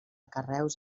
carreus